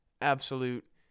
absolute